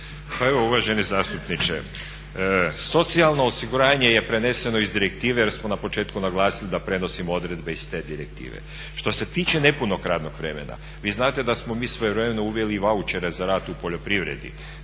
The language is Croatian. evo uvaženi zastupniče, socijalno osiguranje je preneseno iz direktive jer smo na početku naglasili da prenosimo odredbe iz te direktive. Što se tiče nepunog radnog vremena, vi znate da smo mi svojevremeno uveli i vaučere za rad u poljoprivredni,